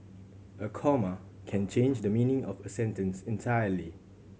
a comma can change the meaning of a sentence entirely